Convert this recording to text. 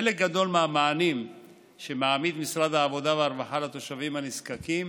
חלק גדול מהמענים שמעמיד משרד העבודה והרווחה לתושבים הנזקקים